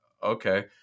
Okay